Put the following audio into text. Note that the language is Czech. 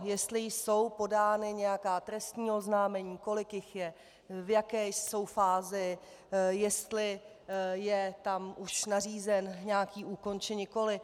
Jestli jsou podána nějaká trestní oznámení, kolik jich je, v jaké jsou fázi, jestli je tam už nařízen nějaký úkon, či nikoliv.